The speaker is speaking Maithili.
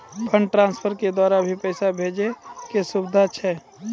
फंड ट्रांसफर के द्वारा भी पैसा भेजै के सुविधा छै?